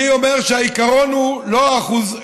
אני אומר שהעיקרון הוא לא האחוז,